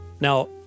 Now